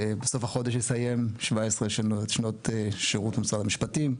בסוף החודש אסיים 17 שנות שירות במשרד המשפטים,